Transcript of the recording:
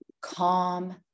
calm